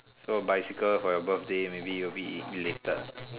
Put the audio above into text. so bicycle for your birthday maybe will be related